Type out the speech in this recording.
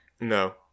No